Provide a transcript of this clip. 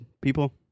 people